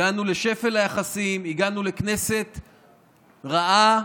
הגענו לשפל היחסים, הגענו לכנסת רעה,